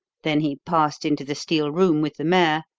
then he passed into the steel room with the mare,